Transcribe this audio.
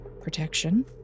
protection